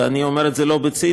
ואני אומר את זה לא בציניות,